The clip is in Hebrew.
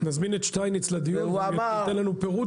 הוא חשוב